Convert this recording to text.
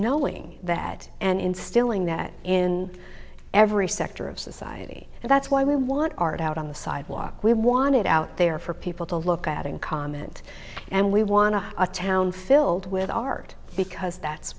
knowing that and instilling that in every sector of society and that's why we want art out on the sidewalk we want it out there for people to look at and comment and we want to have a town filled with art because that